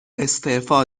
استعفا